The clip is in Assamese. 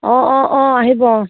অঁ অঁ অঁ আহিব অঁ